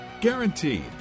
Guaranteed